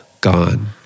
gone